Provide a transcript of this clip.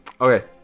Okay